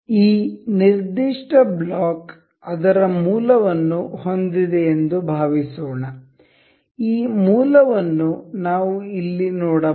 ಈ ನಿರ್ದಿಷ್ಟ ಬ್ಲಾಕ್ ಅದರ ಮೂಲವನ್ನು ಹೊಂದಿದೆ ಎಂದು ಭಾವಿಸೋಣ ಈ ಮೂಲವನ್ನು ನಾವು ಇಲ್ಲಿ ನೋಡಬಹುದು